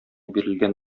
бирелгән